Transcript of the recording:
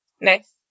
Nice